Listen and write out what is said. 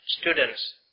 students